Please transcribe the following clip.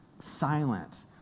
silent